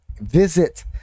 visit